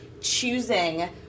choosing